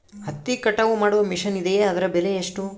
ಹತ್ತಿ ಕಟಾವು ಮಾಡುವ ಮಿಷನ್ ಇದೆಯೇ ಅದರ ಬೆಲೆ ಎಷ್ಟು?